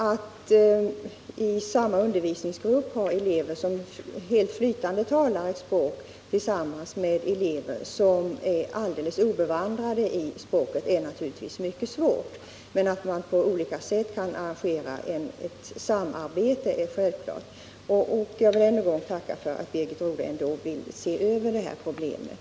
Att i samma undervisningsgrupp ha elever som helt flytande talar ett språk och elever som är alldeles obevandrade i detta språk är naturligtvis mycket svårt. Men att man på olika sätt kan arrangera ett samarbete är självklart. Jag vill än en gång tacka för att Birgit Rodhe ändå vill se över det här problemet.